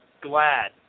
glad